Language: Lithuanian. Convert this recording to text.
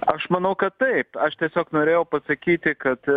aš manau kad taip aš tiesiog norėjau pasakyti kad